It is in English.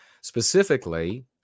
specifically